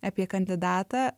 apie kandidatą